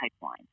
pipeline